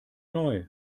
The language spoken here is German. neu